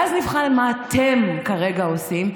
ואז נבחן מה אתם כרגע עושים,